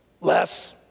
Less